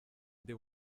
undi